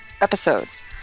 episodes